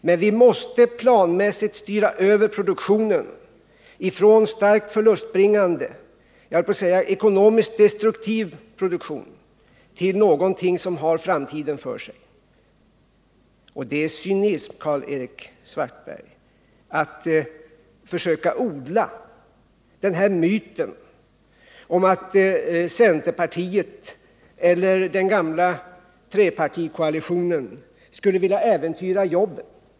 Men vi måste planmässigt styra över produktionen ifrån starkt förlustbringande, jag höll på att säga ekonomiskt destruktiv produktion, till någonting som har framtiden för sig. Det är cynism, Karl-Erik Svartberg, att försöka odla myten om att centerpartiet eller den gamla trepartikoalitionen skulle vilja äventyra jobben.